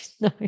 No